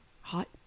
hot